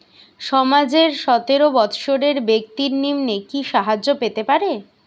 সমাজের সতেরো বৎসরের ব্যাক্তির নিম্নে কি সাহায্য পেতে পারে?